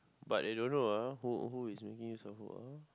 but I don't know ah who who is making use of who ah